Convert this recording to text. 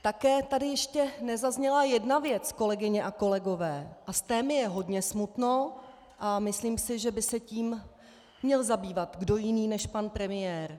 Také tady ještě nezazněla jedna věc, kolegyně a kolegové, a z té mi je hodně smutno a myslím si, že by se tím měl zabývat kdo jiný než pan premiér.